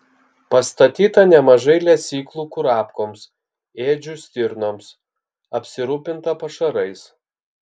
pastatyta nemažai lesyklų kurapkoms ėdžių stirnoms apsirūpinta pašarais